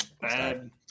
bad